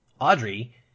Audrey